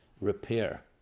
repair